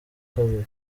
kabiri